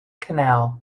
canal